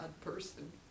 person